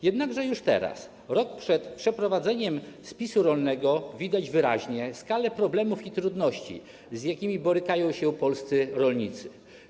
Jednakże już teraz, rok przed przeprowadzeniem spisu rolnego, widać wyraźnie skalę problemów i trudności, z jakimi borykają się polscy rolnicy.